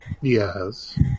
Yes